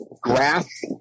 grass